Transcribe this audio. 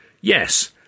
Yes